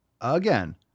Again